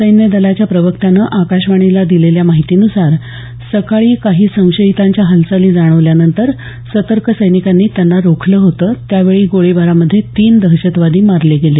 सैन्य दलाच्या प्रवक्त्यानं आकाशवाणीला दिलेल्या माहितीनुसार भल्या सकाळी काही संशयितांच्या हालचाली जाणवल्यानंतर सतर्क सैनिकांनी त्यांना रोखलं होतं त्यावेळी गोळीबारामध्ये तीन दहशतवादी मारले गेले